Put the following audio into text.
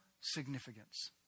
significance